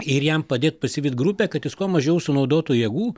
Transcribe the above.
ir jam padėt pasivyt grupę kad jis kuo mažiau sunaudotų jėgų